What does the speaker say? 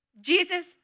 Jesus